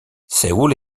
séoul